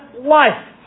life